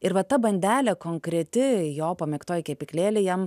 ir va ta bandelę konkreti jo pamėgtoj kepyklėlėj jam